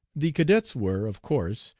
the cadets were, of course,